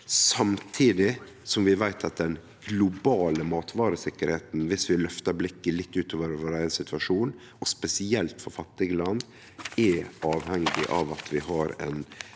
Samtidig veit vi at den globale matvaretryggleiken, viss vi løftar blikket litt utover vår eigen situasjon, og spesielt for fattige land, er avhengig av at vi har ein